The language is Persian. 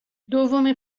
دومین